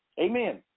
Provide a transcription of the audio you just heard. Amen